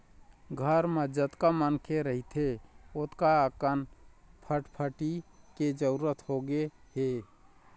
घर म जतका मनखे रहिथे ओतका अकन फटफटी के जरूरत होगे हे